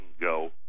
go